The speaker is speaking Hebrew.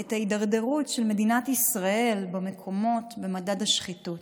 את ההידרדרות של מדינת ישראל במקומות במדד השחיתות.